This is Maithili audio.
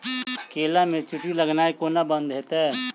केला मे चींटी लगनाइ कोना बंद हेतइ?